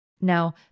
Now